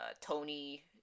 Tony